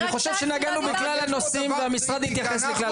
אני חושב שנגענו בכלל הנושאים והמשרד התייחס לכלל הנושאים.